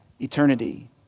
eternity